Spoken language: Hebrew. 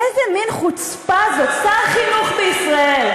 איזה מין חוצפה זאת, שר חינוך בישראל.